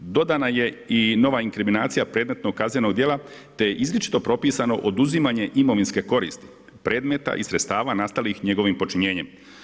Dodana je i nova inkriminacija predmetnog kaznenog djela te je izričito propisano oduzimanje imovinske koristi, predmeta i sredstava nastalih njegovim počinjenjem.